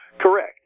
Correct